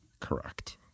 Correct